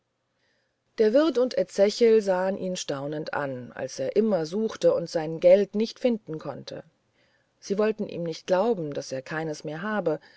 der wirt und ezechiel sahen ihn staunend an als er immer suchte und sein geld nicht finden konnte sie wollten ihm nicht glauben daß er keines mehr habe